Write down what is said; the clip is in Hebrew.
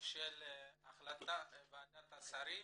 של החלטת ועדת השרים,